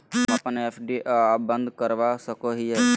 हम अप्पन एफ.डी आ बंद करवा सको हियै